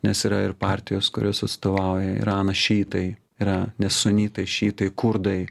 nes yra ir partijos kurios atstovauja irano šiitai yra nes sunitai šiitai kurdai